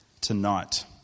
tonight